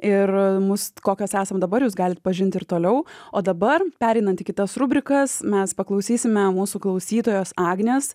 ir mus kokios esam dabar jūs galit pažint ir toliau o dabar pereinant į kitas rubrikas mes paklausysime mūsų klausytojos agnės